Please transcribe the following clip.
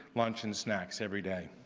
lunch and snacks everyday.